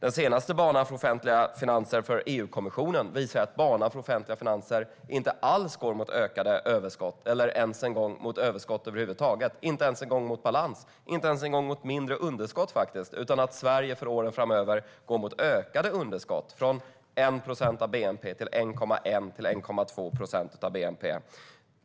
EU-kommissionens prognos visar att banan för Sveriges offentliga finanser inte alls går mot ökade överskott eller ens mot överskott över huvud taget. Vi går inte ens mot balans eller mot mindre underskott, utan Sverige går mot ökade underskott, från 1 procent av bnp till 1,1-1,2 procent av bnp.